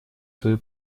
свою